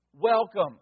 welcome